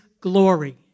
glory